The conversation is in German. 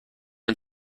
und